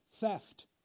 theft